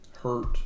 hurt